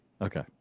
okay